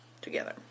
together